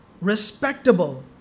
respectable